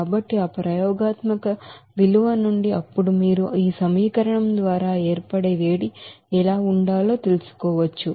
కాబట్టి ఆ ప్రయోగాత్మక విలువ నుండి అప్పుడు మీరు ఈ సమీకరణం ద్వారా ఏర్పడే వేడి ఎలా ఉండాలో తెలుసుకోవచ్చు